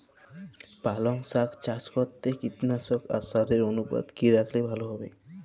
পালং শাক চাষ করতে কীটনাশক আর সারের অনুপাত কি রাখলে ভালো হবে?